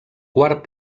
quart